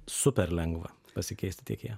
super lengva pasikeisti tiekėją